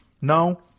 Now